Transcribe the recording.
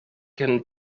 can